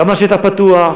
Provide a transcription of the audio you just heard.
גם על שטח פתוח,